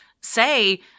say